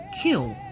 kill